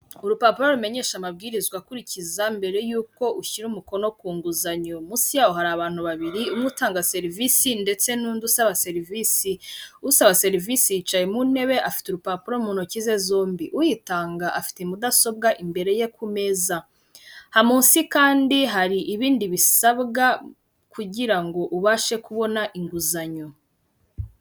Urupapuro rumenyesha amabwiriza akurikiza mbere yuko ushyira umukono ku nguzanyo, munsi yaho hari abantu babiri umwe utanga serivisi ndetse n'undi usaba serivisi. Usaba serivisi yicaye mu ntebe afite urupapuro mu ntoki ze zombi, uyitanga afite mudasobwa imbere ye ku meza. Munsi kandi hari ibindi bisabwa, kugira ngo ubashe kubona inguzanyo.